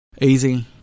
Easy